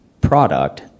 product